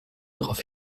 darauf